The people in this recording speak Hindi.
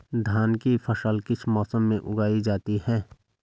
धान की फसल किस मौसम में उगाई जाती है?